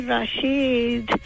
Rashid